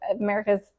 America's